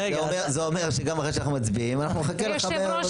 זה אומר שגם אחרי שאנחנו מצביעים אנחנו נחכה לך בערב.